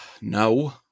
No